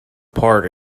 park